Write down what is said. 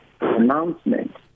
announcement